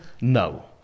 No